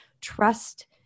trust